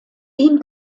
ihm